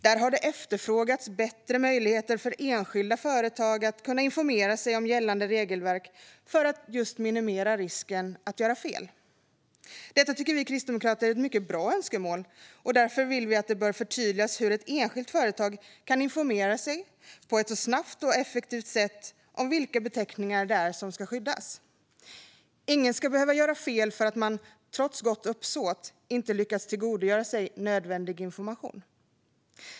Där har det efterfrågats bättre möjligheter för enskilda företag att informera sig om gällande regelverk för att just minimera risken att göra fel. Detta tycker vi kristdemokrater är ett mycket bra önskemål, och därför vill vi att det förtydligas hur ett enskilt företag kan informera sig på ett snabbt och effektivt sätt om vilka beteckningar det är som ska skyddas. Ingen ska behöva göra fel för att man, trots gott uppsåt, inte lyckats tillgodogöra sig nödvändig information.